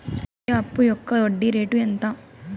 ఈ విద్యా అప్పు యొక్క వడ్డీ రేటు ఎంత?